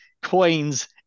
coins